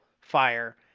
fire